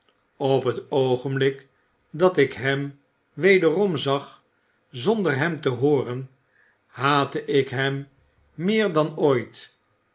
op het oogenblik dat ik hem wederom zag zonder hem te hooren haatte ik hem meer dan ooit